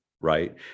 right